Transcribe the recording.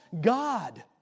God